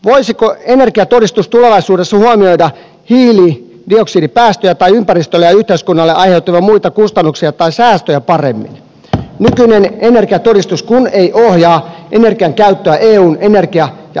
voisiko energiatodistus tulevaisuudessa huomioida hiilidioksidipäästöjä tai ympäristölle ja yhteiskunnalle aiheutuvia muita kustannuksia tai säästöjä paremmin nykyinen energiatodistus kun ei ohjaa energian käyttöä eun energia ja ilmastostrategian suuntaan